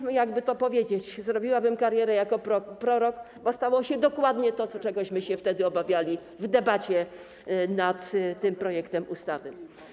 I jak by to powiedzieć, zrobiłabym karierę jako prorok, bo stało się dokładnie to, czego się wtedy obawialiśmy w debacie nad tym projektem ustawy.